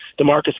Demarcus